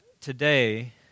today